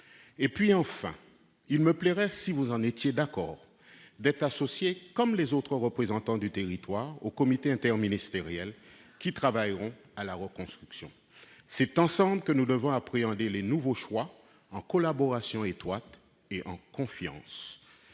Enfin, il me plairait, si vous en étiez d'accord, d'être associé, comme les autres représentants du territoire, aux comités interministériels qui travailleront à la reconstruction. C'est ensemble que nous devons appréhender les nouveaux choix, en collaboration étroite et en confiance.